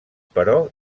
però